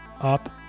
UP